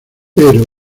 pero